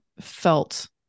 felt